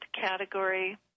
category